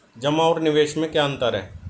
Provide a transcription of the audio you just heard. जमा और निवेश में क्या अंतर है?